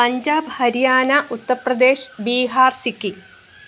Punjab Haryana ഉത്തപ്രദേശ് Bihar Sikkim